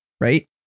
right